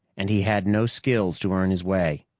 and he had no skills to earn his way.